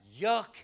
yuck